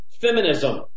feminism